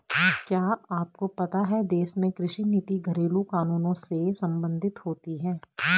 क्या आपको पता है देश में कृषि नीति घरेलु कानूनों से सम्बंधित होती है?